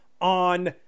on